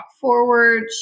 forward